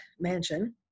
mansion